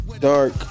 Dark